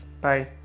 Bye